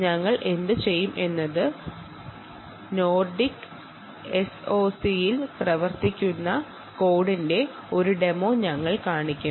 ഞങ്ങൾ നോർഡിക് എസ്ഒസിയിൽ പ്രവർത്തിക്കുന്ന കോഡിന്റെ ഒരു ഡെമോ കാണിക്കാം